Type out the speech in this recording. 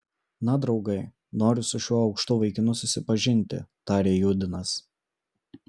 na draugai noriu su šiuo aukštu vaikinu susipažinti tarė judinas